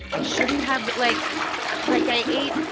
i shouldn't have the like i like i ate